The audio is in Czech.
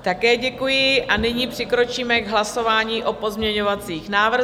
Také děkuji a nyní přikročíme k hlasování o pozměňovacích návrzích.